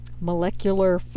molecular